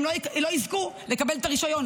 הם לא יזכו לקבל את הרישיון,